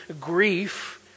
grief